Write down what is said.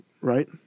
right